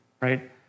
right